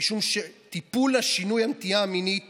משום שטיפול לשינוי הנטייה המינית